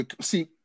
see